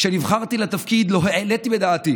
כשנבחרתי לתפקיד לא העליתי בדעתי